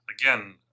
Again